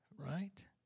Right